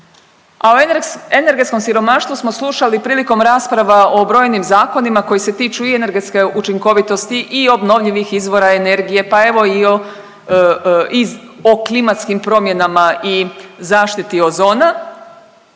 o energetskom siromaštvu smo slušali prilikom rasprava o brojnim zakonima koji se tiču i energetske učinkovitosti i obnovljivih izvora energije, pa evo i o klimatskim promjenama i zaštiti ozona